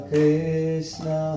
Krishna